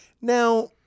Now